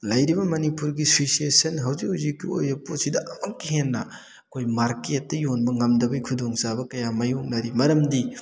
ꯂꯩꯔꯤꯕ ꯃꯅꯤꯄꯨꯔꯒꯤ ꯁꯤꯆꯨꯌꯦꯁꯟ ꯍꯧꯖꯤꯛ ꯍꯧꯖꯤꯛꯀꯤ ꯑꯣꯏꯔꯤꯕ ꯄꯣꯠꯁꯤꯗ ꯑꯃꯨꯛ ꯍꯦꯟꯅ ꯑꯩꯈꯣꯏ ꯃꯥꯔꯀꯦꯠꯇ ꯌꯣꯟꯕ ꯉꯝꯗꯕꯩ ꯈꯨꯗꯣꯡ ꯆꯥꯕ ꯀꯌꯥ ꯃꯥꯏꯌꯣꯛꯅꯔꯤ ꯃꯔꯝꯗꯤ